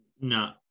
No